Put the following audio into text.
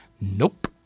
Nope